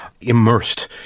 immersed